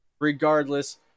regardless